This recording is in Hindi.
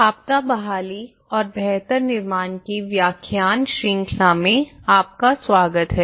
आपदा बहाली और बेहतर निर्माण की व्याख्यान श्रृंखला में आपका स्वागत है